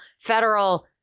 federal